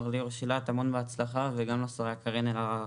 מר ליאור שילת, המון בהצלחה, וגם לשרה קרין אלהרר.